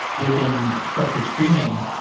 within the structured streaming,